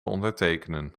ondertekenen